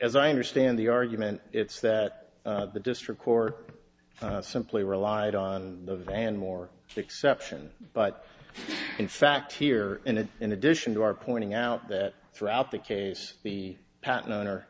as i understand the argument it's that the district court simply relied on the van more exception but in fact here and it in addition to our pointing out that throughout the case the patent owner